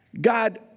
God